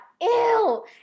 Ew